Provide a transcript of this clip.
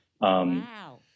Wow